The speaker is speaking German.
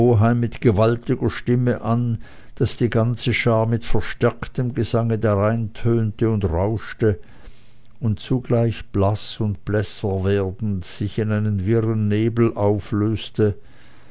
mit gewaltiger stimme an daß die ganze schar mit verstärktem gesange darein tönte und rauschte und zugleich blaß und blässer werdend sich in einen wirren nebel auflöste